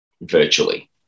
Virtually